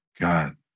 God